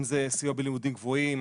אם זה סיוע בלימודים גבוהים,